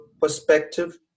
perspective